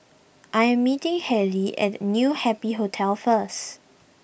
I am meeting Haley at New Happy Hotel first